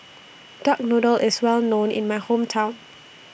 Duck Noodle IS Well known in My Hometown